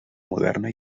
moderna